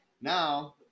now